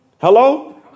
Hello